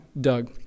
Doug